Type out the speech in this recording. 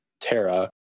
Terra